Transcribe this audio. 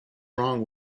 wrong